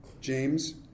James